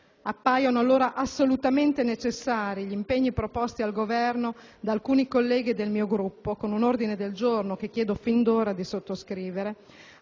Appaiono allora assolutamente necessari gli impegni proposti al Governo da alcuni colleghi del mio Gruppo, con un ordine del giorno che chiedo fin d'ora di sottoscrivere,